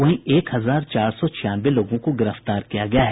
वहीं एक हजार चार सौ छियानवे लोगों को गिरफ्तार किया गया है